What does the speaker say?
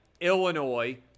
Illinois